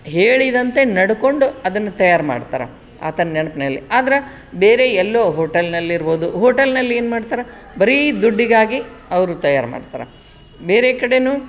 ಹೇಳಿದಂತೆ ನಡ್ಕೊಂಡು ಅದನ್ನು ತಯಾರು ಮಾಡ್ತಾರ ಆತನ ನೆನ್ಪಿನಲ್ಲಿ ಆದ್ರೆ ಬೇರೆ ಎಲ್ಲೋ ಹೋಟಲ್ನಲ್ಲಿರ್ಬೋದು ಹೋಟಲ್ನಲ್ಲಿ ಏನ್ಮಾಡ್ತಾರ ಬರೀ ದುಡ್ಡಿಗಾಗಿ ಅವರು ತಯಾರು ಮಾಡ್ತಾರ ಬೇರೆ ಕಡೆಯೂ